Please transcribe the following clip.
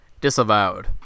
Disavowed